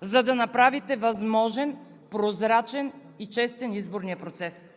за да направите възможен, прозрачен и честен изборния процес.